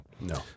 no